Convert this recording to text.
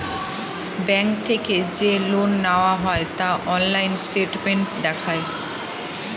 bank থেকে যে loan নেওয়া হয় তা অনলাইন স্টেটমেন্ট দেখায়